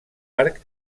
arc